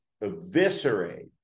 eviscerate